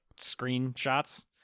screenshots